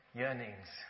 yearnings